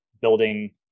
building